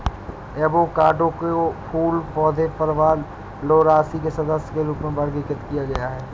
avocado को फूल पौधे परिवार लौरासी के सदस्य के रूप में वर्गीकृत किया गया है